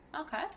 Okay